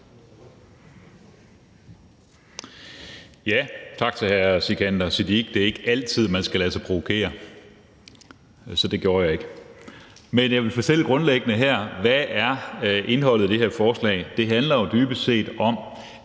Tak til Sikandar Siddique. Det er ikke altid, man skal lade sig provokere, så det gjorde jeg ikke. Men jeg vil fortælle grundlæggende her, hvad indholdet af det her forslag er. Det handler jo dybest set om,